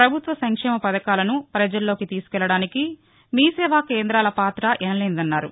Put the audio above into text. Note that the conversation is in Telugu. పభుత్వ సంక్షేమ పథకాలను పజల్లోకి తీసుకెళ్లడానికి మీ సేవా కేంద్రాల పాత ఎనలేనిదన్నారు